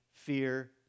Fear